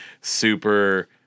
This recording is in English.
super